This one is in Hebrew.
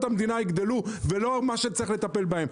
המדינה יגדלו ולא מה שצריך לטפל בהם.